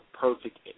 perfect